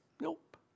nope